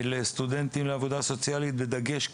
סטודנטים לעבודה סוציאלית בדגש קהילתי,